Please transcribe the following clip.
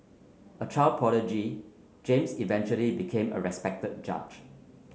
a child prodigy James eventually became a respected judge